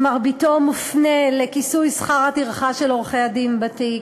מרביתו מופנית לכיסוי שכר הטרחה של עורכי-הדין בתיק.